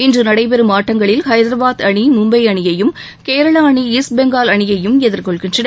இன்று நடைபெறும் ஆட்டங்களில் ஹைதராபாத் அணி மும்பை அணியையும் கேரளா அணி ஈஸ்ட் பெங்கால் அணியையும் எதிர்கொள்கின்றன